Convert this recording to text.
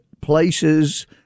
places